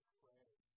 pray